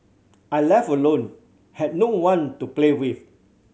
I left alone had no one to play with